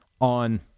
on